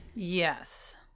Yes